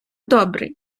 добрий